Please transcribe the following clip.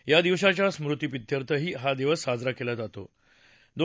या दिवसाच्या स्मृतिप्रित्यर्थही हा दिवस साजरा केला जातो